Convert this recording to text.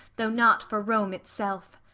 though not for rome itself.